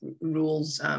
rules